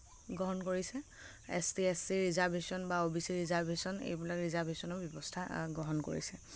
গ্ৰহণ কৰিছে S T S C reservation বা অ বি চি ৰিজাৰ্ভেশ্যন এইবিলাক ৰিজাৰ্ভেশ্যনৰ ব্যৱস্থা গ্ৰহণ কৰিছে